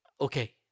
okay